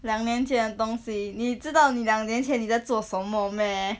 两年前的东西你知道你两年前你在做什么 meh